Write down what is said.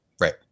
Right